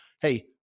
hey